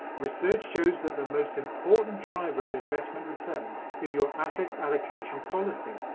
research shows that the most important driver of investment returns is your asset allocation policy.